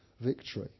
victory